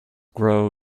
grow